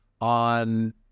on